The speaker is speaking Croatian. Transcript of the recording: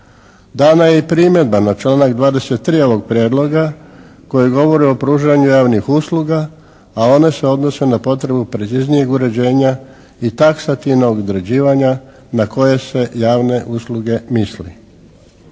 Dana je i primjedba na članak 23. ovog Prijedloga koji govori o pružanju javnih usluga, a one se odnose na potrebu preciznijeg uređenja i taksativnog određivanja na koje se javne usluge misli.